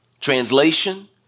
Translation